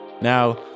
now